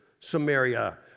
samaria